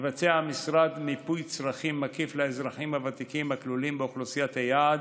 יבצע המשרד מיפוי צרכים מקיף לאזרחים הוותיקים הכלולים באוכלוסיית היעד